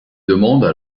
demandent